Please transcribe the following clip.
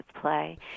play